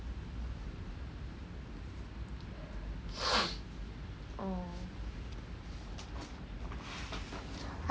orh